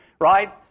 right